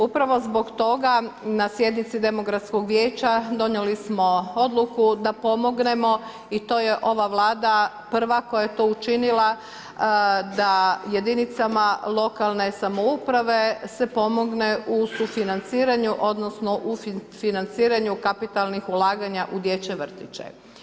Upravo zbog toga, na sjednici demografskog vijeća, donijeli smo odluku da pomognemo i to je ova Vlada prva koja je to učinila, da jedinicama lokalne samouprave se pomogne u sufinanciranju, odnosno u financiranju kapitalnih ulaganja u dječje vrtiće.